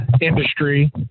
industry